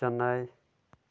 Chennai